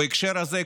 בהקשר הזה,